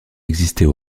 existait